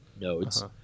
nodes